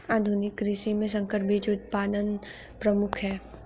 आधुनिक कृषि में संकर बीज उत्पादन प्रमुख है